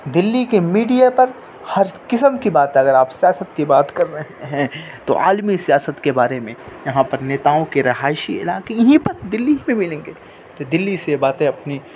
دلی کے میڈیے تک ہر قسم کی بات اگر آپ سیاست کی بات کر رہے ہیں تو عالمی سیاست کے بارے میں یہاں پر نیتاؤں کے رہائشی علاقے یہیں پر دلی ہی میں ملیں گے تو دلی سے باتیں اپنی